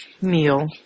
meal